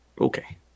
Okay